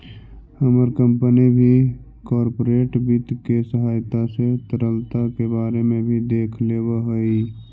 हमर कंपनी भी कॉर्पोरेट वित्त के सहायता से तरलता के बारे में भी देख लेब हई